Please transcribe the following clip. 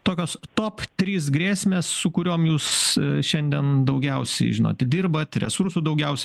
tokios top trys grėsmės su kuriom jūs šiandien daugiausiai žinot dirbat resursų daugiausiai